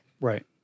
Right